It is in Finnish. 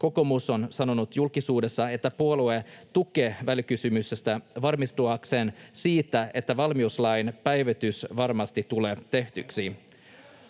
Kokoomus on sanonut julkisuudessa, että puolue tukee välikysymystä varmistuakseen siitä, että valmiuslain päivitys varmasti tulee tehdyksi.